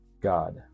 God